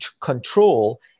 control